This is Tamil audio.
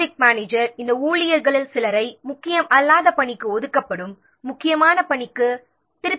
ப்ராஜெக்ட் மேனேஜர் முக்கியமற்ற பணியில் உள்ள ஊழியர்களில் சிலரை முக்கியமான பணிக்கு திருப்பிவிட வேண்டும்